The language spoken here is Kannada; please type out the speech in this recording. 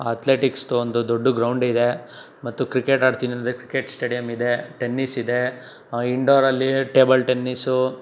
ಅಥ್ಲೆಟಿಕ್ಸ್ದು ಒಂದು ದೊಡ್ಡ ಗ್ರೌಂಡ್ ಇದೆ ಮತ್ತು ಕ್ರಿಕೆಟ್ ಆಡ್ತೀನಿ ಅಂದರೆ ಕ್ರಿಕೆಟ್ ಶ್ಟೇಡಿಯಂ ಇದೆ ಟೆನ್ನಿಸ್ ಇದೆ ಇಂಡೋರಲ್ಲಿ ಟೇಬಲ್ ಟೆನ್ನೀಸು